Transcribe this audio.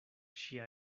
ŝia